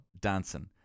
dancing